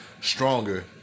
stronger